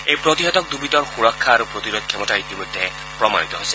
এই প্ৰতিষেধক দুবিধৰ সুৰক্ষা আৰু প্ৰতিৰোধ ক্ষমতা ইতিমধ্যে প্ৰমাণিত হৈছে